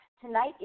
Tonight